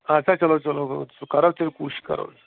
اَدٕ سا چلو چلو گوٚو سُہ کرو تیٚلہِ کوٗشِش کرو